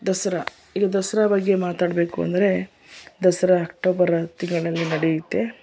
ದಸರಾ ಈ ದಸರಾ ಬಗ್ಗೆ ಮಾತಾಡಬೇಕು ಅಂದರೆ ದಸರಾ ಅಕ್ಟೋಬರ್ ತಿಂಗಳಲ್ಲಿ ನಡೆಯುತ್ತೆ